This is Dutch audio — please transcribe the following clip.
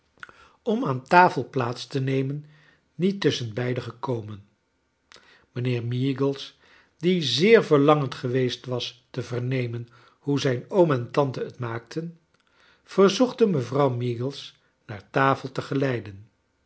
om aan tafel plaats te nemen niet tusschenbeide gekomen mijnheer meagles die zeer verlangend geweest was te vernemen hoe zijn oom en tante het maakten verzocht hem mevrouw meagles naar tafel te geleiden